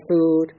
food